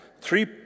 three